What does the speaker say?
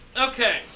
okay